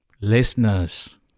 Listeners